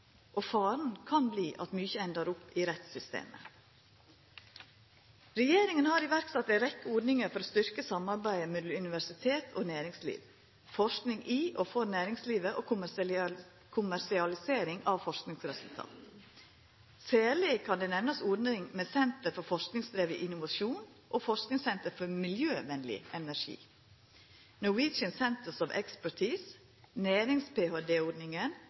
og faren kan verta at mykje endar opp i rettssystemet. Regjeringa har sett i verk ei rekkje ordningar for å styrkja samarbeidet mellom universitet og næringsliv, forsking i og for næringslivet og kommersialisering av forskingsresultat. Særleg kan ein nemna ordninga med Sentre for forskningsdrevet innovasjon og Forskningssentre for miljøvennlig energi, Norwegian Centres of